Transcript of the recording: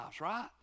right